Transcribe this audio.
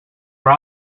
were